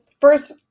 first